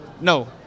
No